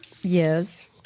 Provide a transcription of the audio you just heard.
Yes